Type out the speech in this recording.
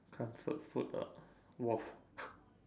comfort food uh waffles